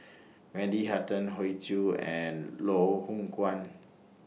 Wendy Hutton Hoey Choo and Loh Hoong Kwan